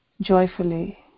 joyfully